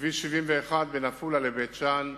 כביש 71 בין עפולה לבית-שאן,